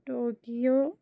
Tokyo